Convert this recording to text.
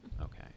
okay